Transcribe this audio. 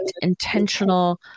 intentional